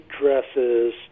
dresses